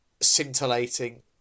scintillating